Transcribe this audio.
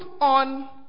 on